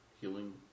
healing